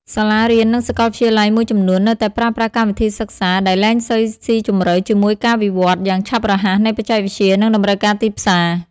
សាលារៀន និងសាកលវិទ្យាល័យមួយចំនួននៅតែប្រើប្រាស់កម្មវិធីសិក្សាដែលលែងសូវស៊ីជម្រៅជាមួយការវិវត្តន៍យ៉ាងឆាប់រហ័សនៃបច្ចេកវិទ្យា និងតម្រូវការទីផ្សារ។